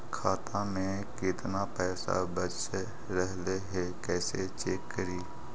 खाता में केतना पैसा बच रहले हे कैसे चेक करी?